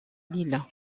lille